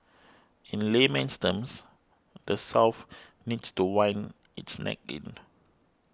in layman's terms the South needs to wind its neck in